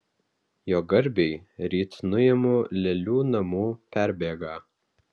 jo garbei ryt nuimu lėlių namų perbėgą